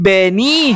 Benny